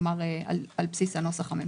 כלומר על בסיס הנוסח הממשלתי.